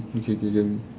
okay K K